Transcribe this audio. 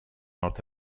north